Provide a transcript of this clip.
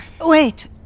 Wait